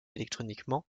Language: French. électroniquement